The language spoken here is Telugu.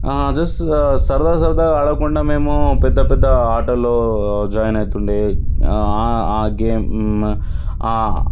జస్ట్ సరదా సరదా ఆడకుండా మేము పెద్ద పెద్ద ఆటల్లో జాయిన్ అవుతుండే ఆ ఆ గేమ్ మేము